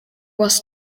was